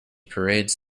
parades